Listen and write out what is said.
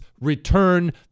return